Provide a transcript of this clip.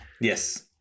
Yes